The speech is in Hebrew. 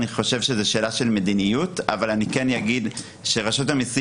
אני חושב שזאת שאלה של מדיניות אבל אני אגיד שרשות המיסים